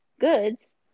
Goods